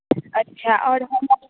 अच्छा आओर हम